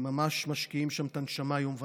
וממש משקיעים שם את הנשמה יום ולילה.